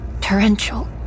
torrential